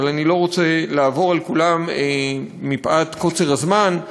אני לא רוצה לעבור על כולם מפאת קוצר הזמן,